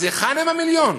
אז היכן המיליון?